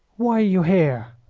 why are you here?